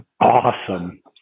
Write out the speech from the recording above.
Awesome